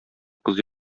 кыз